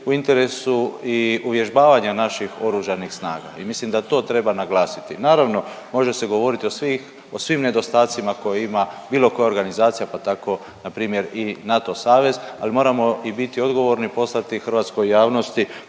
u interesu i uvježbavanja naših oružanih snaga. I mislim da to treba naglasiti. Naravno može se govoriti o svih, o svim nedostacima koje ima bilo koja organizacija pa tako npr. i NATO savez, ali moramo i biti odgovorni i poslati hrvatskoj javnosti